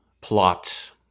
plot